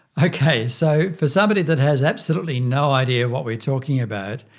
okay, so for somebody that has absolutely no idea what we're talking about,